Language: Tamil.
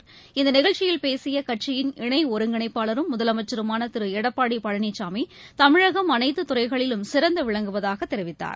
பேசியகட்சியின் இந்தநிகழ்ச்சியில் இணை ஒருங்கிணைப்பாளரும் முதலமைச்சருமானதிருளடப்பாடிபழனிசாமி தமிழகம் அனைத்துறைகளிலும் சிறந்துவிளங்குவதாகதெரிவித்தார்